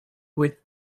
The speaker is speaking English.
with